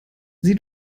sie